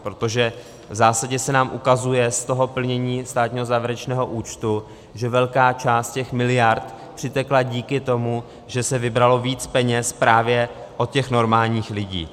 Protože v zásadě se nám ukazuje z toho plnění státního závěrečného účtu, že velká část miliard přitekla díky tomu, že se vybralo víc peněz právě od těch normálních lidí.